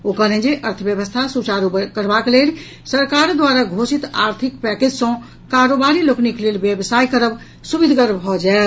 ओ कहलनि अछि जे अर्थव्यवस्था सुचारू करबाक लेल सरकार द्वारा घोषित आर्थिक पैकेज सँ कारोबारी लोकनिक लेल व्यवसाय करब सुविधगर भऽ जायत